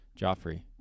joffrey